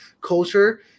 culture –